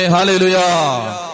Hallelujah